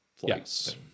Yes